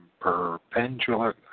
perpendicular